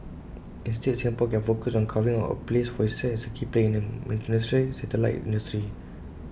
instead Singapore can focus on carving out A place for itself as A key player in miniaturised satellite industry